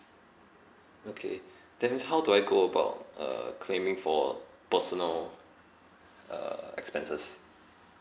okay then how do I go about uh claiming for personal uh expenses